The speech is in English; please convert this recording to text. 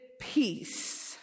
peace